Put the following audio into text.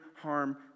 harm